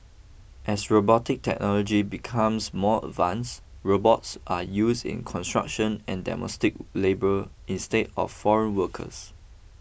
as robotic technology becomes more advance robots are use in construction and domestic labour instead of foreign workers